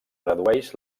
redueix